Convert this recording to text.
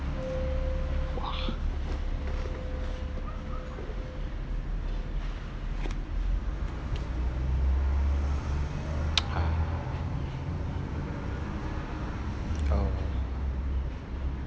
!wah! ah oh